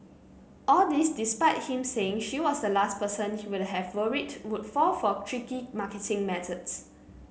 all this despite him saying she was the last person he would have worried would fall for tricky marketing methods